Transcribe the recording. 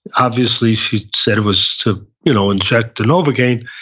obviously she said it was to you know inject the novocaine,